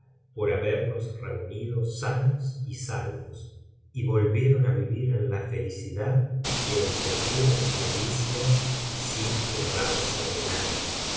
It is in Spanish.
por haberlos reunido sanos y salvos y volvieron á vivir en la felicidad y entre puras delicias y sin privarse de nada